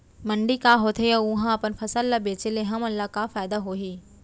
मंडी का होथे अऊ उहा अपन फसल ला बेचे ले हमन ला का फायदा होही?